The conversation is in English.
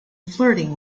flirting